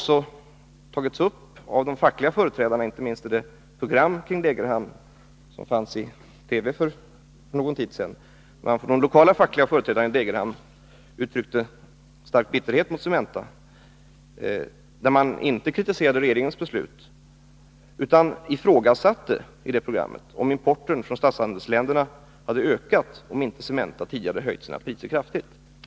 Som framgick inte minst av ett TV-program om Degerhamn för en tid sedan har de lokala fackliga företrädarna i Degerhamn uttryckt stor bitterhet mot Cementa. Man kritiserade där inte regeringens beslut, utan man ifrågasatte om importen från statshandelsländerna skulle ha ökat, om inte Cementa tidigare hade höjt sina priser kraftigt.